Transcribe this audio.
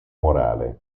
morale